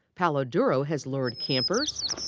palo duro has lured campers,